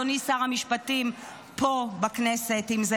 אדוני שר המשפטים, כי היה